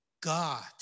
God